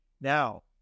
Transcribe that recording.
Now